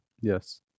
yes